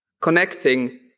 connecting